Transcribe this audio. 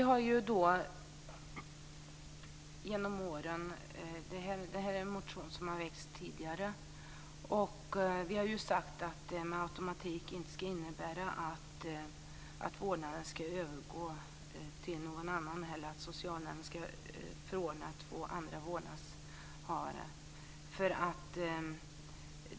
Herr talman! Det här är en motion som har väckts tidigare, och vi har genom åren sagt att det med automatik inte ska innebära att vårdnaden ska övergå till någon annan eller att socialnämnden ska förordna två andra vårdnadshavare.